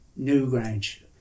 Newgrange